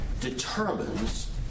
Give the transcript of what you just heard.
determines